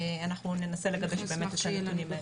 אנחנו ננסה לגבש באמת איזה שהם נתונים.